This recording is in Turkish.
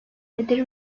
nedir